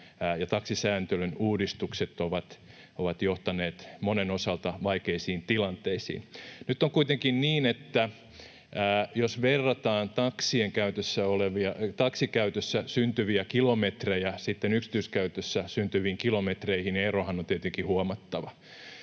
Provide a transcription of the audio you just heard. taksisääntelyn uudistukset ovat johtaneet monen osalta vaikeisiin tilanteisiin. Nyt on kuitenkin niin, että jos verrataan taksikäytössä syntyviä kilometrejä sitten yksityiskäytössä syntyviin kilometreihin, niin erohan on tietenkin huomattava,